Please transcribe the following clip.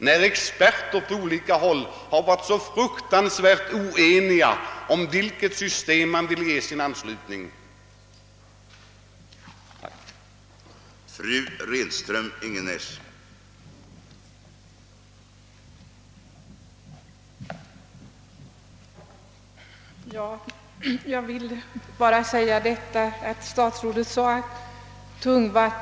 Alla experter har ju varit mycket oeniga om vilket system man skulle ge sin anslutning till.